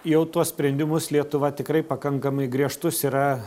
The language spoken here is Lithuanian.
jau tuos sprendimus lietuva tikrai pakankamai griežtus yra